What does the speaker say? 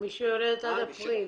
מי שיולדת עד אפריל.